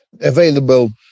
available